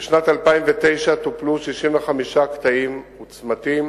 בשנת 2009 טופלו 65 קטעים וצמתים.